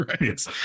right